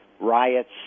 riots